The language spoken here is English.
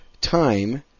time